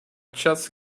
just